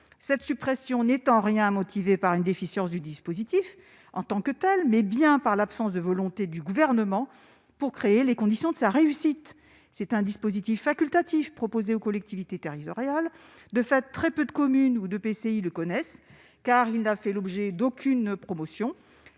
Cette suppression n'est donc en rien motivée par une déficience du dispositif en tant que tel, mais bien par l'absence de volonté du Gouvernement de créer les conditions de sa réussite. C'est un dispositif facultatif proposé aux collectivités territoriales. De fait, très peu de communes ou d'EPCI le connaissent, car il n'a fait l'objet d'aucune promotion.